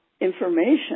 information